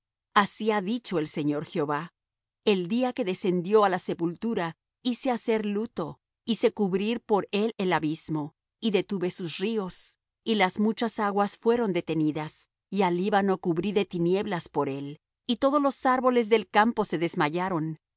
así ha dicho el señor jehová el día que descendió á la sepultura hice hacer luto hice cubrir por él el abismo y detuve sus ríos y las muchas aguas fueron detenidas y al líbano cubrí de tinieblas por él y todos los árboles del campo se desmayaron